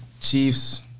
Chiefs